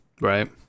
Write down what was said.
Right